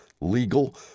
legal